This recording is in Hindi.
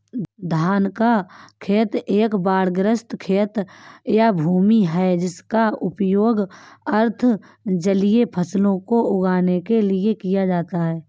धान का खेत एक बाढ़ग्रस्त खेत या भूमि है जिसका उपयोग अर्ध जलीय फसलों को उगाने के लिए किया जाता है